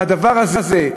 והדבר הזה,